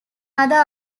other